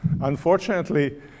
Unfortunately